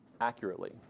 accurately